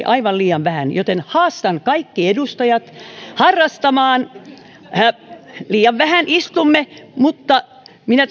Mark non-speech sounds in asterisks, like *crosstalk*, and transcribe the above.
*unintelligible* aivan liian vähän joten haastan kaikki edustajat harrastamaan liian vähän istumme mutta todellisuudessa minä *unintelligible*